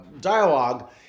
dialogue